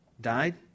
died